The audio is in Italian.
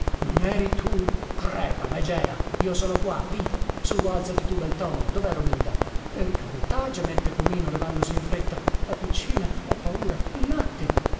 non eri tu crepa megera io sono qua vivo sù alzati tu bel tomo dovè romilda per carità gemette pomino levandosi in fretta la piccina ho paura il latte